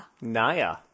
Naya